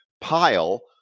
Pile